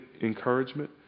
encouragement